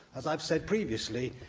as i've said previously,